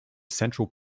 central